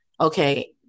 okay